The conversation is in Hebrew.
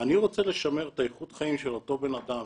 אני רוצה לשמר את איכות החיים של אותו בן אדם,